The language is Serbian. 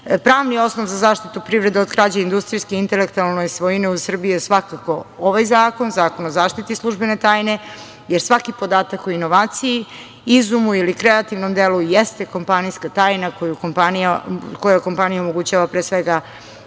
osnov za zaštitu privrede od krađe industrijske intelektualne svojine u Srbiji je, svakako, ovaj zakon, Zakon o zaštiti službene tajne, jer svaki podatak o inovaciji, izumu ili kreativnom delu jeste kompanijska tajna koja kompaniji omogućava